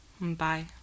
Bye